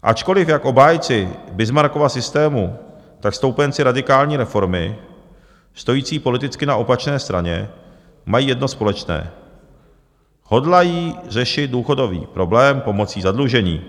Ačkoliv jak obhájci Bismarckova systému, tak stoupenci radikální reformy stojící politicky na opačné straně mají jedno společné: hodlají řešit důchodový problém pomocí zadlužení.